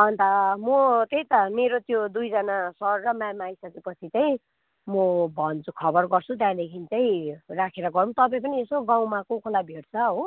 अन्त म त्यही त मेरो त्यो दुईजना सर र म्याम आइसकेपछि चाहिँ म भन्छु खबर गर्छु त्यहाँदेखि चाहिँ राखेर गरौँ तपाईँ पनि यसो गाउँमा को कोलाई भेट्छ हो